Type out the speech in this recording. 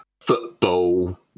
football